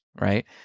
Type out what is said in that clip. right